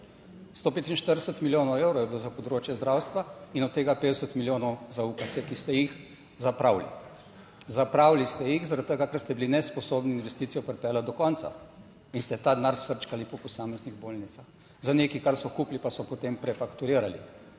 145 milijonov evrov je bilo za področje zdravstva in od tega 50 milijonov za UKC, ki ste jih zapravili, zapravili ste jih zaradi tega, ker ste bili nesposobni investicijo pripeljati do konca in ste ta denar sfrčkali po posameznih bolnicah za nekaj, kar so kupili pa so potem prefakturirali.